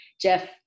Jeff